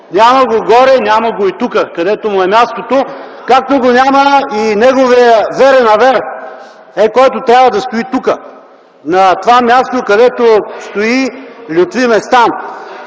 Няма го горе, няма го и тук, където му е мястото, както го няма и неговият верен авер, който трябва да стои тук, на това място, където стои Лютви Местан